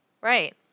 Right